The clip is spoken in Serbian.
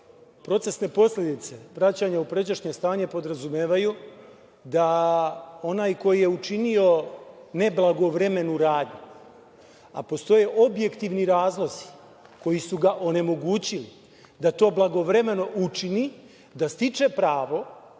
procesne posledice vraćanja u pređašnje stanje podrazumevaju da onaj koji je učinio neblagovremenu radnju, a postoje objektivni razlozi koji su ga onemogućili da to blagovremeno učini, da stiče pravo